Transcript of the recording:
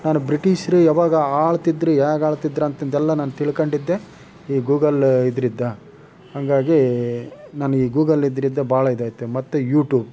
ನಾನು ಬ್ರಿಟಿಷರು ಯಾವಾಗ ಆಳ್ತಿದ್ರು ಹಾಗೆ ಆಳ್ತಿದ್ರು ಅಂಥದ್ದೆಲ್ಲ ನಾನು ತಿಳ್ಕೊಂಡಿದ್ದೆ ಈ ಗೂಗಲ್ ಇದ್ರಿಂದ ಹಂಗಾಗಿ ನನಗೆ ಗೂಗಲ್ ಇದ್ರಿಂದ ಭಾಳ ಇದಾಯ್ತು ಮತ್ತು ಯೂಟೂಬ್